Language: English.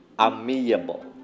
amiable